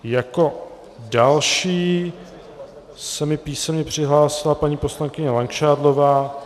Jako další se mi písemně přihlásila paní poslankyně Langšádlová.